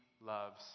loves